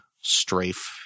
strafe